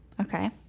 okay